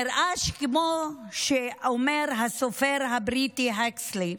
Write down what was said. נראה שכמו שאומר הסופר הבריטי הקסלי,